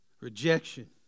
Rejection